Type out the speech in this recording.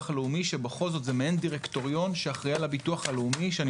לאומי שזה מעין דירקטוריון שאחראי על הביטוח הלאומי שאני